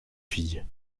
fille